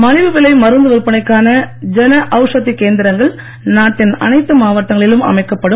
மலிவு விலை மருந்து விற்பனைக்கான ஜன அவுஷதி கேந்திரங்கள் நாட்டின் அனைத்து மாவட்டங்களிலும் அமைக்கப்படும்